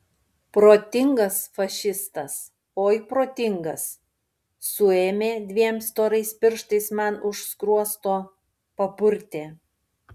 protingas fašistas oi protingas suėmė dviem storais pirštais man už skruosto papurtė